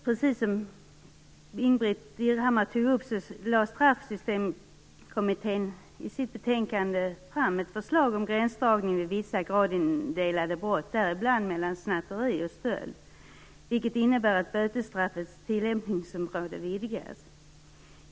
Precis som Ingbritt Irhammar tar upp lade Straffsystemkommittén i sitt betänkande fram ett förslag om gränsdragning vid vissa gradindelade brott, däribland mellan snatteri och stöld, vilket innebär att bötesstraffets tillämpningsområde vidgas.